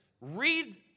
read